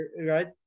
right